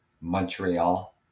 Montreal